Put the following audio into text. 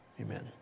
amen